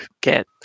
get